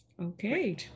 Okay